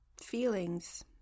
feelings